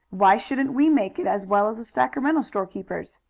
why shouldn't we make it as well as the sacramento storekeepers?